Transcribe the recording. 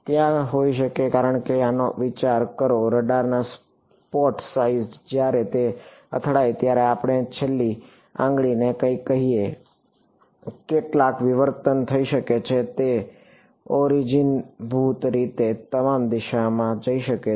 ત્યાં હોઈ શકે કારણ કે આનો વિચાર કરો રડારના સ્પોટ સાઇઝ જ્યારે તે અથડાય ત્યારે આપણે છેલ્લી આંગળીને કંઈક કહીએ કેટલાક વિવર્તન થઈ શકે છે તે ઓરિજિનભૂત રીતે તમામ દિશામાં જઈ શકે છે